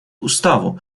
уставу